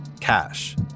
cash